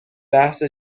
بحث